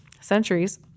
centuries